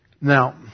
Now